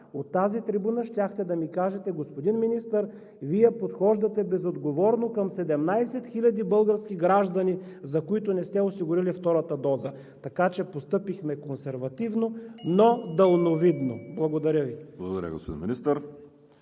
от тази трибуна щяхте да ми кажете: „Господин Министър, Вие подхождате безотговорно към 17 000 български граждани, за които не сте осигурили втората доза.“ Така че постъпихме консервативно, но далновидно. Благодаря Ви. ПРЕДСЕДАТЕЛ ВАЛЕРИ